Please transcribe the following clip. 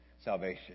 salvation